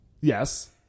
Yes